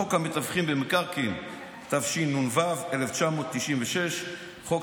חוק המתווכים במקרקעין, התשנ"ו 1996, חוק